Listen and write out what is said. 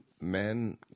men